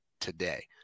today